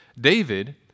David